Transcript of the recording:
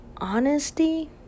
Honesty